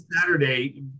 Saturday